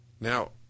Now